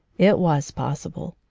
it was possible.